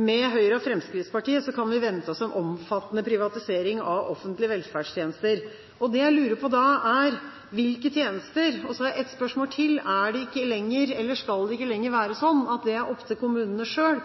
med Høyre og Fremskrittspartiet kan vi vente oss en omfattende privatisering av offentlige velferdstjenester. Det jeg lurer på da, er: Hvilke tjenester? Så har jeg et spørsmål til: Skal det ikke lenger være sånn at det er opp til kommunene